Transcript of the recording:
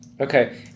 Okay